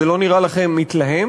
זה לא נראה לכם מתלהם?